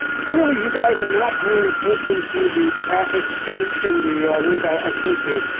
clearly you guys are not paying attention to the graphics in in the link i sent you.